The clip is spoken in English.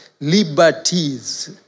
liberties